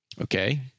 Okay